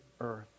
earth